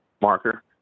marker